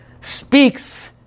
speaks